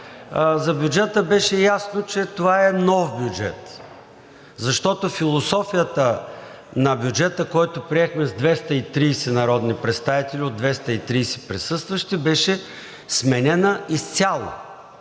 за бюджета беше ясно, че това е нов бюджет, защото философията на бюджета, който приехме с 230 народни представители от 230 присъстващи, беше сменена изцяло.